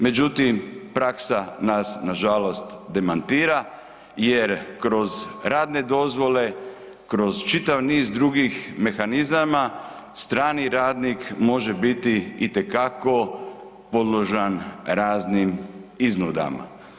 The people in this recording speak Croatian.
Međutim, praksa nas nažalost demantira jer kroz radne dozvole, kroz čitav niz drugih mehanizama, strani radnik može biti itekako podložan raznim iznudama.